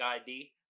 ID